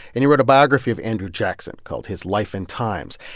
and he wrote a biography of andrew jackson called his life and times.